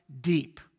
Deep